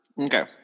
Okay